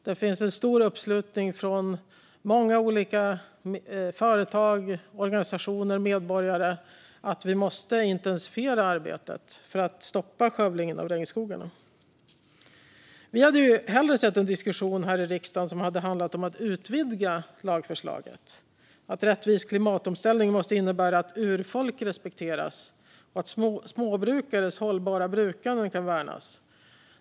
Det finns en stor uppslutning från många olika företag, organisationer och medborgare kring att vi måste intensifiera arbetet för att stoppa skövlingen av regnskogarna. Vi hade hellre sett en diskussion här i riksdagen som handlar om att utvidga lagförslaget. Rättvis klimatomställning måste innebära att urfolk respekteras och att småbrukares hållbara brukande värnas.